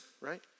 right